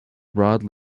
broad